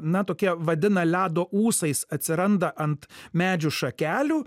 na tokia vadina ledo ūsais atsiranda ant medžių šakelių